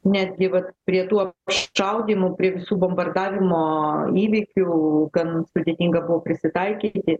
netgi vat prie tuo šaudymų prie visų bombardavimo įvykių gan sudėtinga buv prisitaikyti